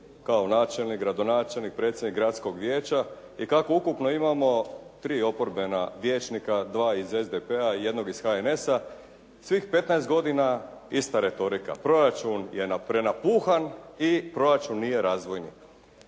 kao načelnik, gradonačelnik, predsjednik gradskog vijeća i kako ukupno imamo tri oporbena vijećnika, dva iz SDP-a i jednog iz HNS-a svih 15 godina ista retorika, proračun je prenapuhan i proračun nije razvojni.